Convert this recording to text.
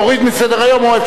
להוריד מסדר-היום?